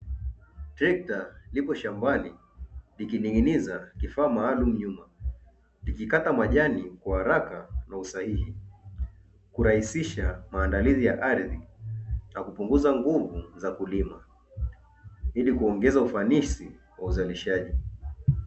Trekta liko shambani likining’iniza kifaa maalumu nyuma. Likikata majani kwa haraka kwa usahihi, kurahisisha maandalizi ya ardhi na kupunguza nguvu za kulima ili kuongeza ufanisi wa uzalishaji.